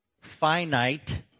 finite